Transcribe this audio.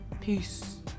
peace